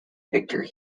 victor